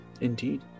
Indeed